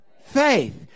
Faith